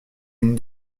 une